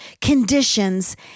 conditions